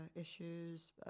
issues